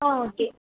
ஆ okay